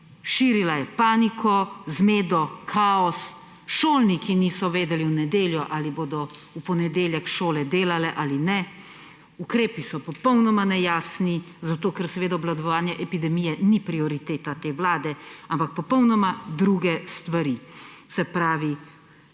širila je paniko, zmedo, kaos, šolniki niso vedeli v nedeljo, ali bodo v ponedeljek šole delale ali ne, ukrepi so popolnoma nejasni, zato ker seveda obvladovanje epidemije ni prioriteta te vlade, ampak popolnoma druge stvari. Se pravi,